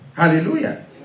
Hallelujah